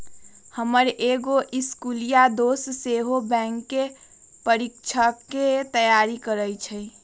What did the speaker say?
हमर एगो इस्कुलिया दोस सेहो बैंकेँ परीकछाके तैयारी करइ छइ